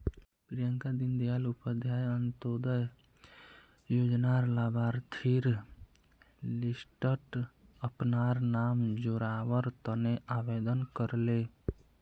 प्रियंका दीन दयाल उपाध्याय अंत्योदय योजनार लाभार्थिर लिस्टट अपनार नाम जोरावर तने आवेदन करले